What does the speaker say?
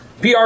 PR